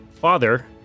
father